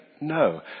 No